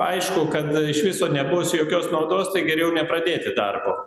aišku kad iš viso nebus jokios naudos tai geriau nepradėti darbo